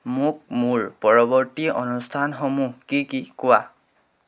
মোক মোৰ পৰৱৰ্তী অনুষ্ঠানসমূহ কি কি কোৱা